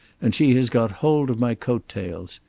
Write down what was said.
and she has got hold of my coat tails.